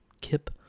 Kip